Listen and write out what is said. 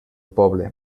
poble